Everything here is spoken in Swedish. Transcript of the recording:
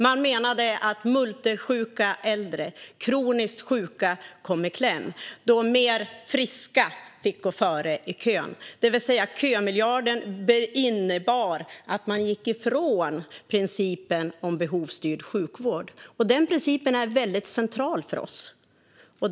Man menade att multisjuka äldre och kroniskt sjuka kom i kläm då mer "friska" fick gå före i kön, det vill säga att kömiljarden innebar att man gick ifrån principen om behovsstyrd sjukvård. Den principen är central för oss.